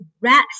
rest